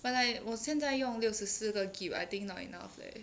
but like 我现在用六十四个 G_B I think not enough leh